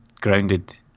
grounded